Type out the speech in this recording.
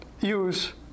use